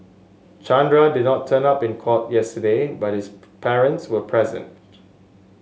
Chandra did not turn up in court yesterday but his parents were present